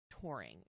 touring